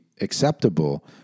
acceptable